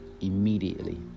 immediately